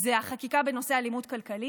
זה החקיקה בנושא אלימות כלכלית.